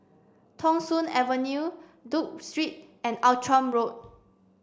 Thong Soon Avenue Duke Street and Outram Road